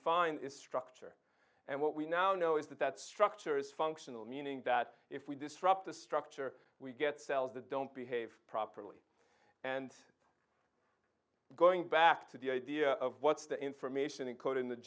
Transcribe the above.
structure and what we now know is that that structure is functional meaning that if we disrupt the structure we get cells that don't behave properly and going back to the idea of what's the information encoded in the